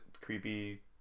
creepy